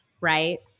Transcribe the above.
right